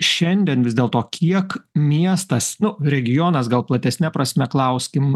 šiandien vis dėl to kiek miestas nu regionas gal platesne prasme klauskim